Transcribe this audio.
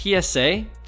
PSA